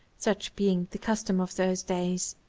such being the custom of those days.